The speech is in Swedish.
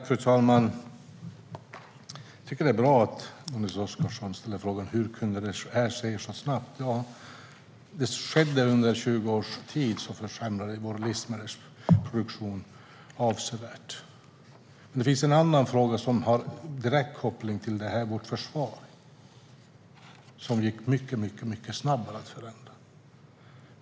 Fru talman! Jag tycker att det är bra att Magnus Oscarsson ställer frågan hur detta kunde ske så snabbt. Det skedde under 20 års tid. Under den tiden försämrades vår livsmedelsproduktion avsevärt. Det finns en annan fråga som har direkt koppling till detta, nämligen vårt försvar, som det gick mycket snabbare att förändra.